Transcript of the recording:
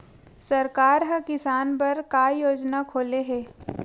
सरकार ह किसान बर का योजना खोले हे?